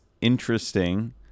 interesting